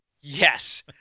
Yes